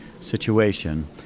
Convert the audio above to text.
situation